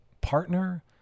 partner